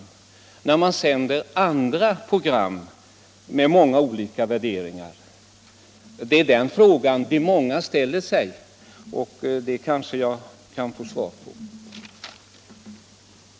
Man sänder ju andra program med olika värderingar. Den frågan ställer sig många, och jag kanske kan få svar på den.